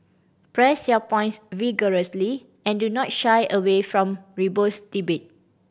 press your points vigorously and do not shy away from robust debate